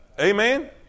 Amen